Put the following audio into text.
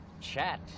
chat